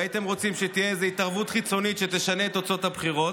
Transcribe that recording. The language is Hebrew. והייתם רוצים שתהיה איזה התערבות חיצונית שתשנה את תוצאות הבחירות,